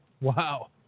Wow